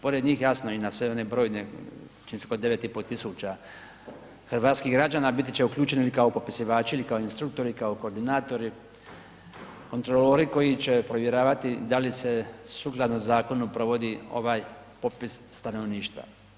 Pored njih jasno i na sve one brojne, čini se oko 9.500 hrvatskih građana biti će uključeno ili kao popisivači ili kao instruktori, kao koordinatori, kontrolori koji će provjeravati da li sukladno zakonu provodi ovaj popis stanovništva.